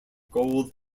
gold